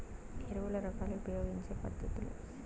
ఎరువుల రకాలు ఉపయోగించే పద్ధతులు?